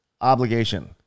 obligation